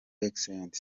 excellent